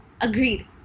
Agreed